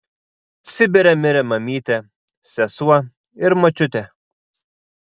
sibire mirė mamytė sesuo ir močiutė